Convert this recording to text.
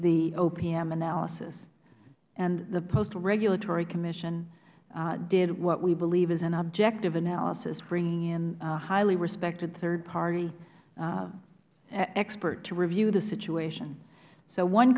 the opm analysis and the postal regulatory commission did what we believe is an objective analysis bringing in a highly respected third party expert to review the situation so one